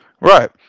Right